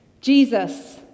Jesus